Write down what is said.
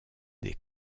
des